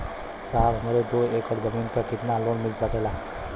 साहब हमरे दो एकड़ जमीन पर कितनालोन मिल सकेला?